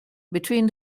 between